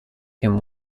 him